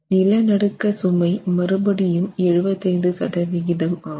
நிலநடுக்க சுமை மறுபடியும் 75 சதவிகிதம் ஆகும்